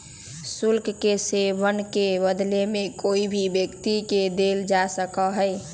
शुल्क के सेववन के बदले में कोई भी व्यक्ति के देल जा सका हई